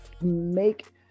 make